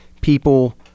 People